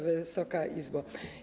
Wysoka Izbo!